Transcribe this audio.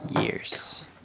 years